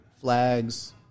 flags